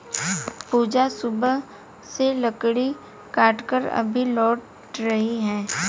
पूजा सुबह से लकड़ी काटकर अभी लौट रही है